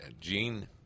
Gene